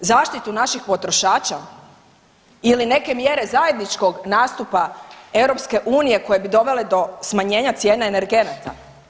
Zaštitu naših potrošača ili neke mjere zajedničkog nastupa EU koje bi dovele do smanjenja cijena energenata?